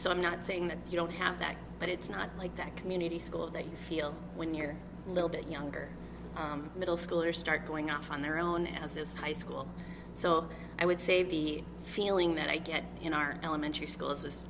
so i'm not saying that you don't have that but it's not like that community school that you feel when you're a little bit younger middle school or start going off on their own as is high school so i would say the feeling that i get in our elementary